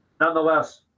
nonetheless